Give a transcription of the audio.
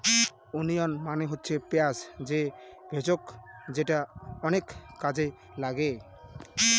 onion মানে হচ্ছে পেঁয়াজ যে ভেষজ যেটা অনেক কাজে লাগে